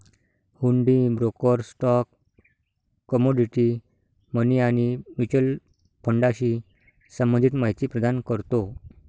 हुंडी broker stock, commodity, money आणि mutual फंडाशी संबंधित माहिती प्रदान करतो